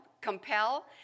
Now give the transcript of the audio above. Compel